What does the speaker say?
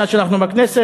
מאז שאנחנו בכנסת,